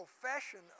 profession